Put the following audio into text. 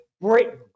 Britain